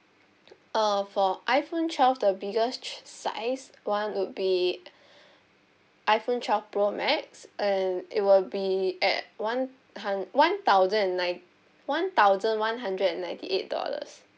uh for iPhone twelve the biggest size one would be iPhone twelve pro max and it will be at one hun~ one thousand and nine one thousand one hundred and ninety eight dollars